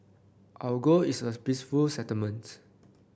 our goal is a peaceful settlement